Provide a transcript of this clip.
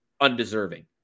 undeserving